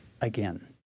again